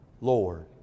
Lord